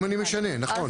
אם אני משנה, נכון.